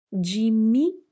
Jimmy